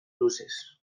luzez